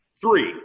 Three